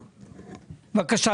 בבקשה.